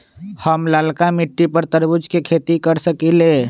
हम लालका मिट्टी पर तरबूज के खेती कर सकीले?